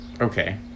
Okay